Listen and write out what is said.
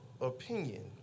opinion